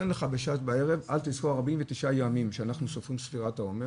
49 ימים שאנחנו סופרים ספירת העומר,